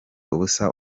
ubusa